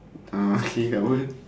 uh okay apa